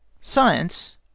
Science